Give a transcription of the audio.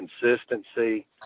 consistency